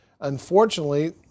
Unfortunately